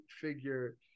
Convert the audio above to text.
figure